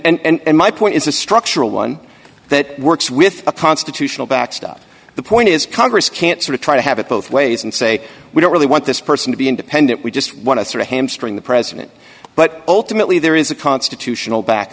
security and my point is a structural one that works with a constitutional backstop the point is congress can't sort of try to have it both ways and say we don't really want this person to be independent we just want to sort of hamstring the president but ultimately there is a constitutional back